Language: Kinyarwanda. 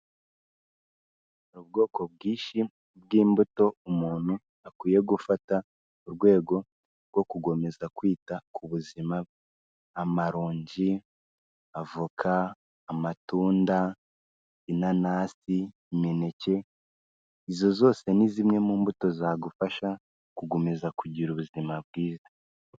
Ubwoko bwinshi bw'imbuto umuntu akwiye gufata mu rwego rwo gukomeza kwita ku buzima bwe amaronji, avoka, amatunda, inanasi, imineke izo zose ni zimwe mu mbuto zagufasha gukomeza kugira ubuzima bwiza.